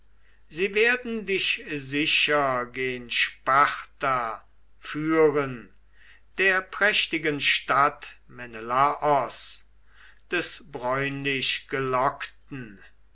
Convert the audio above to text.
sie werden dich sicher gen sparta führen der prächtigen stadt menelaos des bräunlichgelockten